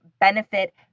benefit